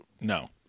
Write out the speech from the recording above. No